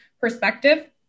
perspective